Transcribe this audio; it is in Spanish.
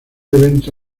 evento